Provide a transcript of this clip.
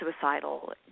suicidal